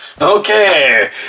Okay